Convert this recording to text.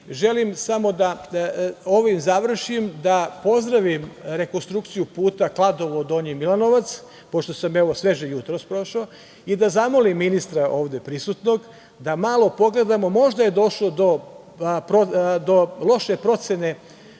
prići. Želim samo da sa ovim završim i da pozdravim rekonstrukciju puta Kladovo – Donji Milanovac, pošto sam ja sveže, jutros prošao i da zamolim ministra, ovde prisutnog da malo pogledamo, možda je došlo do loše procene